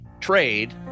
trade